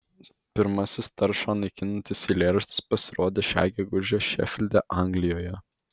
pirmasis taršą naikinantis eilėraštis pasirodė šią gegužę šefilde anglijoje